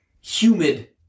humid